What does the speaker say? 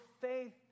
faith